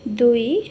ଦୁଇ